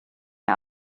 ihr